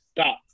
Stop